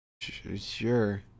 sure